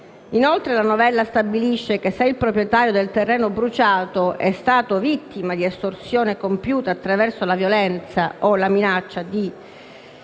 Inoltre, la novella stabilisce che se il proprietario del terreno bruciato è stato vittima di estorsione compiuta attraverso la violenza o la minaccia di